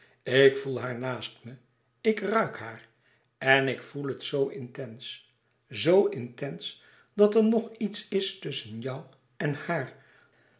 ik voel haar naast me ik ruik haar en ik voel het zoo intens zo intens dat er nog iets is tusschen jou en haar